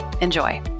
Enjoy